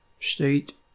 state